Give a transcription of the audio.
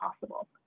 possible